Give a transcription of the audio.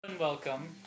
welcome